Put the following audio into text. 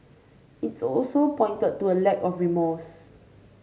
its also pointed to a lack of remorse